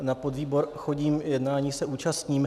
Na podvýbor chodím, jednání se účastním.